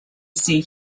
see